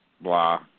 blah